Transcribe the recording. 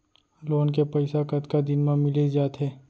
Loan के पइसा कतका दिन मा मिलिस जाथे?